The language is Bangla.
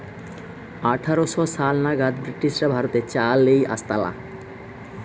আঠার শ সাল নাগাদ ব্রিটিশরা ভারতে চা লেই আসতালা